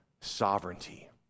sovereignty